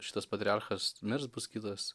šitas patriarchas mirs bus kitas